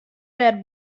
wer